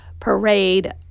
parade